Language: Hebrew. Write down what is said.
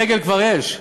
עגל כבר יש.